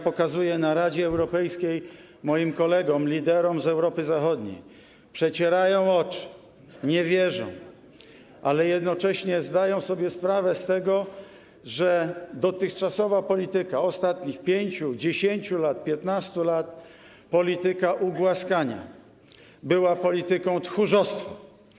Pokazuję je na posiedzeniu Rady Europejskiej moim kolegom, liderom z Europy Zachodniej, a oni przecierają oczy, nie wierzą, ale jednocześnie zdają sobie sprawę z tego, że dotychczasowa polityka ostatnich 5, 10, 15 lat, polityka ugłaskania była polityką tchórzostwa.